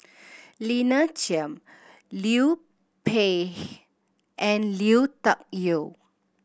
Lina Chiam Liu Peihe and Lui Tuck Yew